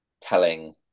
telling